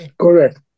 correct